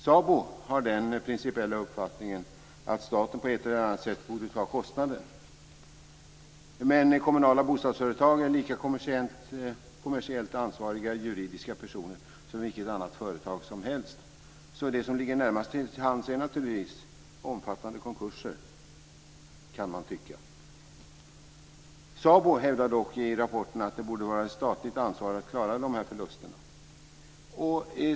SA BO har den principiella uppfattningen att staten på ett eller annat sätt borde ta den kostnaden. Men kommunala bostadsföretag är lika kommersiellt ansvariga juridiska personer som vilket annat företag som helst. Så det som ligger närmast till hands är naturligtvis omfattande konkurser, kan man tycka! SABO hävdar dock i rapporten att det borde vara ett statligt ansvar att klara dessa förluster.